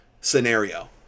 scenario